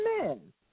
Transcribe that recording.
Amen